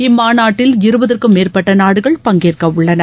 இம்மாநாட்டில் இருபதுக்கும் மேற்பட்ட நாடுகள் பங்கேற்கவுள்ளன